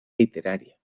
literaria